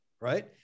right